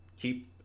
keep